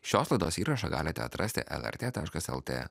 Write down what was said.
šios laidos įrašą galite atrasti lrt taškas lt